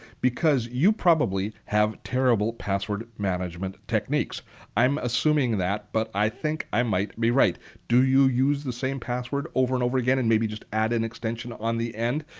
because you probably have terrible password management techniques i'm assuming that but i think i might be right. do you use the same password over and over again and maybe just add an extension on the end?